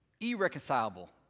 irreconcilable